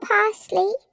Parsley